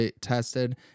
tested